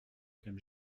comme